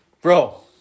Bro